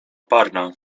parna